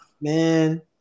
Man